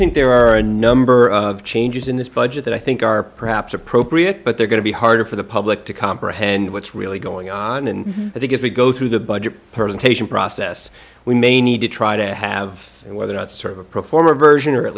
think there are a number of changes in this budget that i think are perhaps appropriate but they're going to be harder for the public to comprehend what's really going on and i think if we go through the budget person taishan process we may need to try to have whether or not serve a pro forma version or at